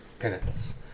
penance